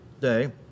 Day